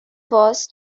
was